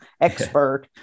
expert